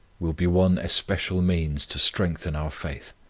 will be one especial means to strengthen our faith.